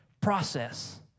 process